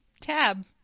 Tab